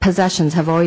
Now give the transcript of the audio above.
possessions have always